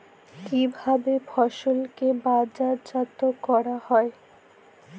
কিভাবে ফসলকে বাজারজাত করা হয়?